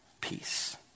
peace